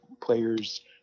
players